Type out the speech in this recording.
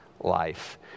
life